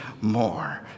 more